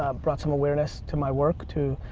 ah brought some awareness to my work to